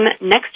next